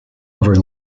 over